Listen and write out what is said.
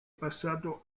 passato